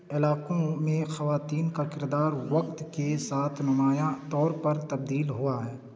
علاقوں میں خواتین کا کردار وقت کے ساتھ نمایاں طور پر تبدیل ہوا ہے